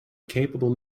capable